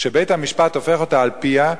שבית-המשפט הופך אותה על פיה,